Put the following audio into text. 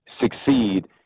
succeed